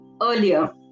earlier